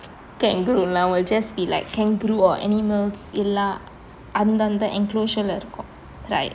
kangaroo lah will just be like kangaroo or animals எல்லாம் அந்தந்த:ellam anthantha enclosure லே தான் இருக்கும்:le thaan irukkum right